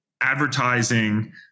advertising